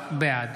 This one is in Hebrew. בעד